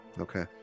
Okay